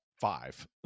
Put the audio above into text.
five